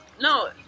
no